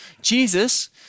Jesus